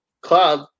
club